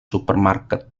supermarket